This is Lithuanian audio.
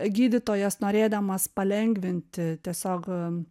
gydytojas norėdamas palengvinti tiesiog